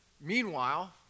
Meanwhile